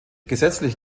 gesetzlich